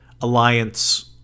alliance